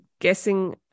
guessing